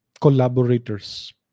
collaborators